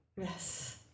yes